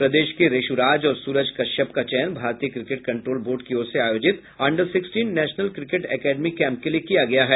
प्रदेश के रेशु राज और सूरज कश्यप का चयन भारतीय क्रिकेट कंट्रोल बोर्ड की ओर से आयोजित under sixteen national cricket academy camp के लिए किया गया है